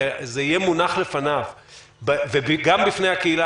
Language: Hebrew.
שזה יהיה מונח לפניו וגם בפני הקהילה